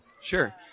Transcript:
Sure